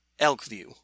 Elkview